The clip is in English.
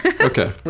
Okay